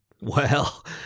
Well